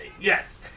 Yes